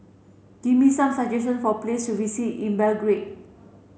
give me some suggestions for places to visit in Belgrade